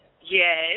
Yes